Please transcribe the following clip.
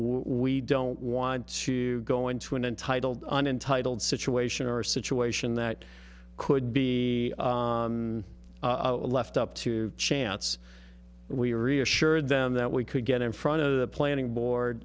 we don't want to go into an entitled and entitled situation or a situation that could be a left up to chance we reassured them that we could get in front of the planning board